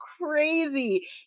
crazy